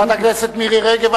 חברת הכנסת מירי רגב,